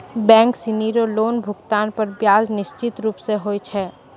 bank सिनी रो loan भुगतान पर ब्याज निश्चित रूप स होय छै